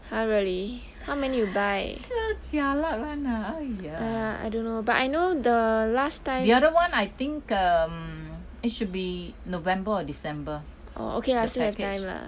!huh! really how many you buy I don't know but I know the last time orh okay lah still have time lah